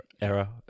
era